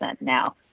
now